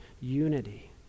unity